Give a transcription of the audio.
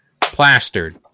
plastered